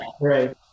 right